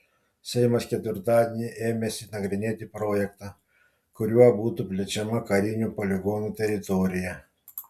seimas ketvirtadieni ėmėsi nagrinėti projektą kuriuo būtų plečiama karinių poligonų teritorija